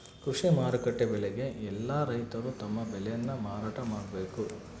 ಕೃಷಿ ಮಾರುಕಟ್ಟೆ ಬೆಲೆಗೆ ಯೆಲ್ಲ ರೈತರು ತಮ್ಮ ಬೆಳೆ ನ ಮಾರಾಟ ಮಾಡ್ಬೇಕು